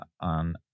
on